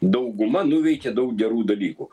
dauguma nuveikė daug gerų dalykų